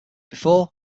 before